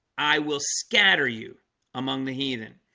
i will scatter you among the heathen.